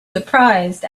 surprised